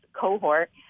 cohort